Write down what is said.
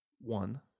one